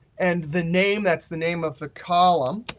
and the name, that's the name of the column.